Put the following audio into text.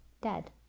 dead